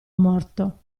morto